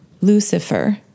Lucifer